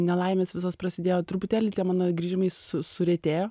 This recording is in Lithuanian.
nelaimės visos prasidėjo truputėlį mano grįžimai su suretėjo